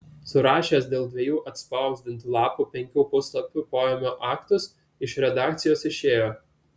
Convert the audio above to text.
surašęs dėl dviejų atspausdintų lapų penkių puslapių poėmio aktus iš redakcijos išėjo